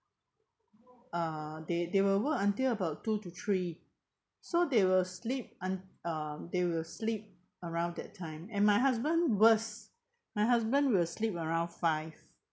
uh they they will work until about two to three so they will sleep un~ uh they will sleep around that time and my husband worst my husband will sleep around five